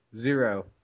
Zero